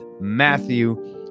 Matthew